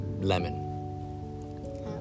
lemon